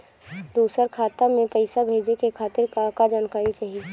दूसर खाता में पईसा भेजे के खातिर का का जानकारी चाहि?